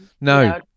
No